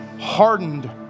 hardened